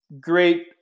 Great